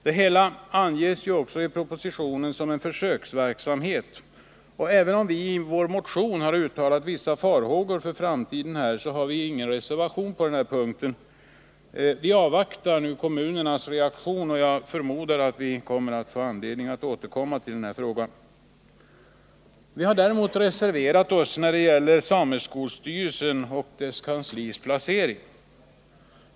Det hela anges också i propositionen som en försöksverksamhet, och även om vi i vår motion har uttalat vissa farhågor för framtiden så har vi ingen reservation på denna punkt. Vi avvaktar nu kommunernas reaktioner, och jag förmodar att vi får anledning att återkomma till denna fråga. Vi har däremot reserverat oss när det gäller placeringen av sameskolstyrelsen och dess kansli.